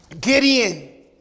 Gideon